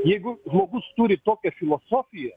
jeigu žmogus turi tokią filosofiją